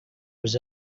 was